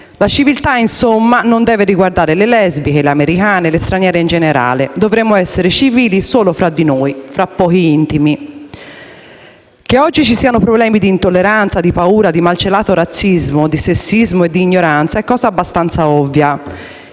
La civiltà, insomma, non deve riguardare le lesbiche, le americane e le straniere in generale. Dovremmo essere civili solo tra di noi, tra pochi intimi. Che oggi vi siano problemi di intolleranza, di paura, di malcelato razzismo, di sessismo e ignoranza è cosa abbastanza ovvia.